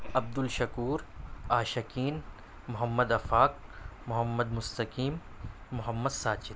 Abdul Shakoor Ashiqeen Mohammad Afaq Mohammad Mustaqeem Mohammad Sajid